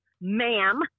ma'am